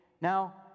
Now